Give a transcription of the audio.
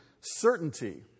certainty